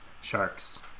sharks